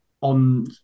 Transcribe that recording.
on